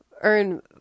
earn